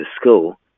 school